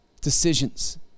decisions